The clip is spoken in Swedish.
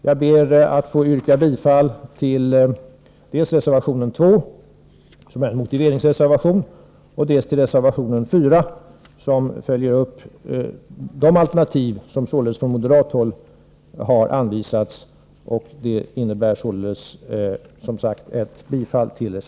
Jag ber att få yrka bifall dels till reservation 2, som är en motiveringsreservation, dels till reservation 4, som följer upp de alternativ som från moderat håll har anvisats.